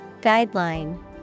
Guideline